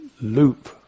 loop